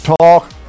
Talk